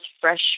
fresh